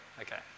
Okay